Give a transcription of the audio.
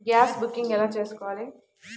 Gas booking ఎలా చేసుకోవాలి?